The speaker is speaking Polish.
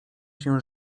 się